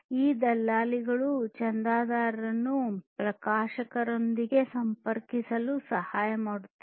ಈ ದಲ್ಲಾಳಿಗಳು ಚಂದಾದಾರರನ್ನು ಪ್ರಕಾಶಕರೊಂದಿಗೆ ಸಂಪರ್ಕಿಸಲು ಸಹಾಯ ಮಾಡುತ್ತಾರೆ